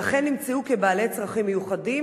ואכן נמצאו כבעלי צרכים מיוחדים.